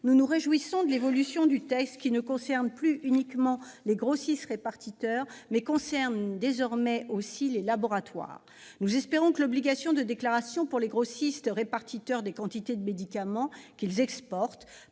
nous nous réjouissons de l'évolution du texte, qui vise désormais non plus uniquement les grossistes-répartiteurs, mais aussi les laboratoires. Nous espérons que l'obligation de déclaration, pour les grossistes-répartiteurs, des quantités de médicaments qu'ils exportent